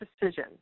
decision